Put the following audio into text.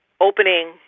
opening